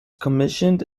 commissioned